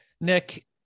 Nick